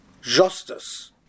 justice